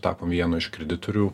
tapom vienu iš kreditorių